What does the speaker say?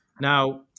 Now